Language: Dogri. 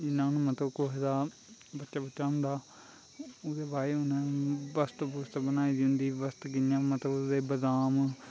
जियां हून मतलव कुसै दा बच्चा बुच्चा होंदा ओह्ॅदै बास्तै उनैं बस्त बुस्त बनाई दी होंदी बस्त कियां मतलव के बदाम